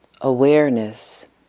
Awareness